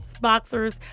boxers